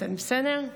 בסדר?